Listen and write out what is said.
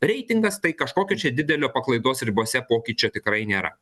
reitingas tai kažkokio čia didelio paklaidos ribose pokyčio tikrai nėra